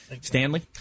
Stanley